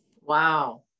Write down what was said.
Wow